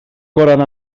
koran